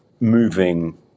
moving